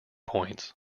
points